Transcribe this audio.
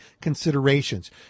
considerations